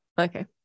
Okay